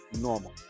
normal